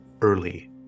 early